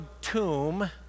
tomb